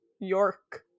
York